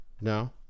No